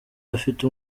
afite